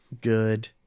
good